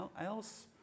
else